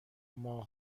ماه